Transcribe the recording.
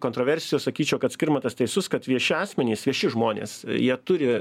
kontroversijų sakyčiau kad skirmantas teisus kad vieši asmenys vieši žmonės jie turi